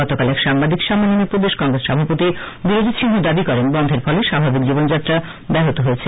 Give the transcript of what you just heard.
গতকাল এক সাংবাদিক সম্মেলনে প্রদেশ কংগ্রেস সভাপতি বীরজিৎ সিংহ দাবি করেন বনধের ফলে স্বাভাবিক জীবন যাত্রা ব্যহত হয়েছে